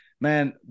man